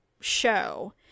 show